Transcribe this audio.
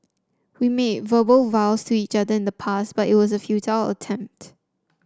we made verbal vows to each other in the past but it was a futile attempt